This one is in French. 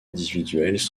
individuels